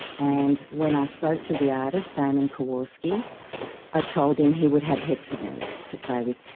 and when i spoke to the artist, damon kowarsky i told him he would have hexagons to play with.